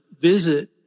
visit